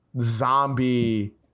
zombie